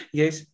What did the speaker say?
yes